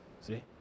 see